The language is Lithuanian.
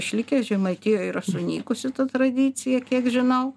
išlikęs žemaitijoj yra sunykusi ta tradicija kiek žinau